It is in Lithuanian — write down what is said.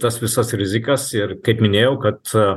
tas visas rizikas ir kaip minėjau kad